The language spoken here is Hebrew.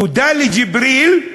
תודה לג'יבריל,